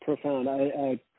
profound